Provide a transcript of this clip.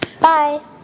Bye